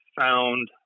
found